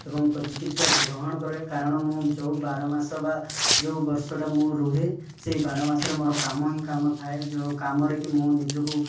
ଏବଂ ପଯେଟିଭ୍ଟା ଗ୍ରହଣ କରେ କାରଣ ମୁଁ ଯେଉଁ ବାରମାସ ବା ଯେଉଁ ବର୍ଷଟା ମୁଁ ରୁହେ ସେହି ବାରମାସ ମୋର କାମ ହିଁ କାମ ଥାଏ ଯେଉଁ କାମରେ କି ମୁଁ ନିଜକୁ